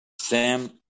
Sam